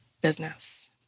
business